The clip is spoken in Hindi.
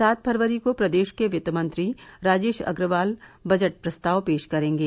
सात फरवरी को प्रदेश के वित्त मंत्री राजेश अग्रवाल बजट प्रस्ताव पेश करेंगे